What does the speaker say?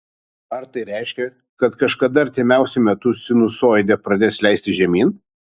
ar tai reiškia kad kažkada artimiausiu metu sinusoidė pradės leistis žemyn